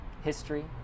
history